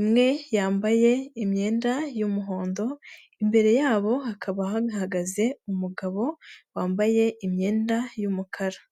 imwe yambaye imyenda y'umuhondo, imbere yabo hakaba hahagaze umugabo wambaye imyenda y'umukara.